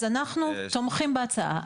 אז אנחנו תומכים בהצעה.